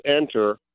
enter